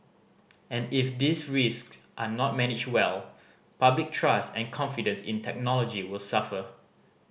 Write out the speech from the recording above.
and if these risk are not managed well public trust and confidence in technology will suffer